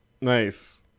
nice